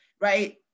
right